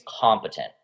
competent